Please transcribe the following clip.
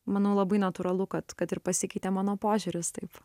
manau labai natūralu kad kad ir pasikeitė mano požiūris taip